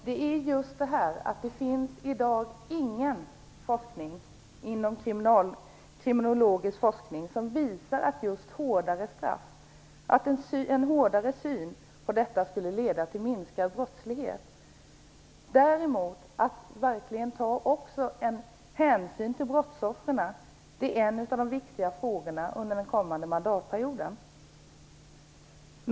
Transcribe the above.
Herr talman! I dag finns det ingen kriminologisk forskning som visar att just hårdare straff skulle leda till en minskad brottslighet. Man skall verkligen ta hänsyn till brottsoffren. Det är en av de viktiga frågorna under denna mandatperiod.